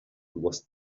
was